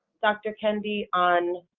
dr. kendi, on